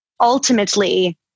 ultimately